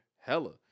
Hella